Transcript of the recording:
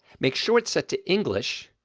make sure it's set to english,